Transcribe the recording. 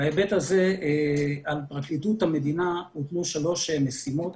בהיבט הזה פרקליטות המדינה קיבלה שלוש משימות.